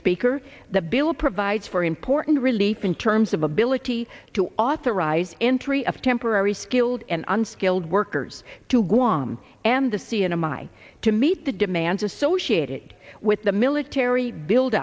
speaker the bill provides for important relief in terms of ability to authorize entry of temporary skilled and unskilled workers to guam and the c n n my to meet the demands associated with the military build